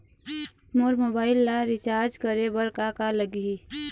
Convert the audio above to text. मोर mobile ला recharge करे बर का का लगही?